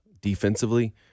defensively